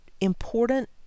important